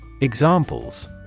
Examples